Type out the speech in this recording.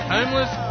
Homeless